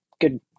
good